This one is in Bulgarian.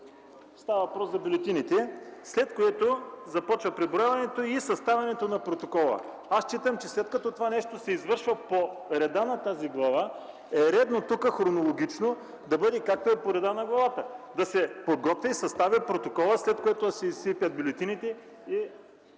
става въпрос за бюлетините, след което започва преброяването и съставянето на протокола. Аз считам, че след като това нещо се извършва по реда на тази глава е редно тук хронологично, да бъде както е по реда на главата: да се подготви и състави протоколът, след което да се изсипят бюлетините и